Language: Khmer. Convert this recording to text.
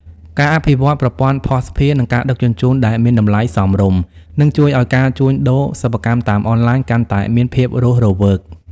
ការអភិវឌ្ឍប្រព័ន្ធភស្តុភារ និងការដឹកជញ្ជូនដែលមានតម្លៃសមរម្យ នឹងជួយឱ្យការជួញដូរសិប្បកម្មតាមអនឡាញកាន់តែមានភាពរស់រវើក។